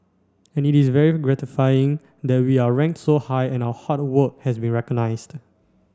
and it's very gratifying that we are rank so high and our hard work has been recognised